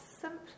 simply